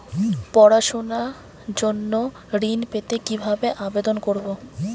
পড়াশুনা জন্য ঋণ পেতে কিভাবে আবেদন করব?